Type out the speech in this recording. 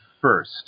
first